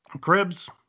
Cribs